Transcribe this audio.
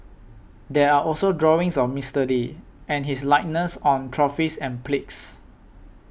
there are also drawings of Mister Lee and his likeness on trophies and plagues